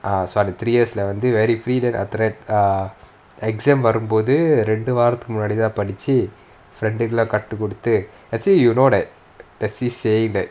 ah so I did three years leh வந்து:vanthu very free then after that exam வரும் போது ரெண்டு வாரத்துக்கு முன்னாடி தான் படிச்சி:varum pothu rendu vaarathuku munaadi thaan padichi friend குலாம்:kulaam cut குடுத்து:kuduthu actually you know that there's this saying that